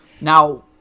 now